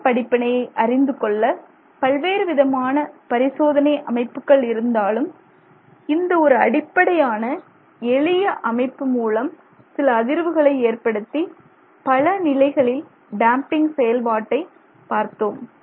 இந்தப் படிப்பினையை அறிந்து கொள்ள பல்வேறுவிதமான பரிசோதனை அமைப்புகள் இருந்தாலும் இந்த ஒரு அடிப்படையான எளிய அமைப்பு மூலம் சில அதிர்வுகளை ஏற்படுத்தி பலநிலைகளில் டேம்பிங் செயல்பாட்டை பார்த்தோம்